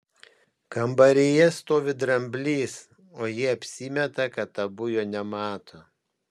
kambaryje stovi dramblys o jie apsimeta kad abu jo nemato